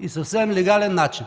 и съвсем легален начин.